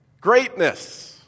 Greatness